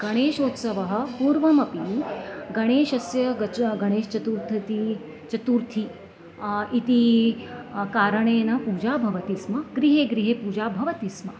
गणेशोत्सवः पूर्वमपि गणेशस्य गच्छ गणेशचतुर्थी चतुर्थी इति कारणेन पूजा भवति स्म गृहे गृहे पूजा भवति स्म